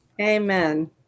Amen